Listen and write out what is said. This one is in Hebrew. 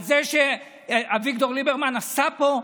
על מה שאביגדור ליברמן עשה פה.